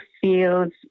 feels